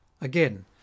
again